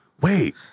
wait